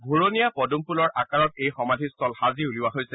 ঘূৰণীয়া পদূম ফুলৰ আকাৰত এই সমাধি স্থল সাজি উলিওৱা হৈছে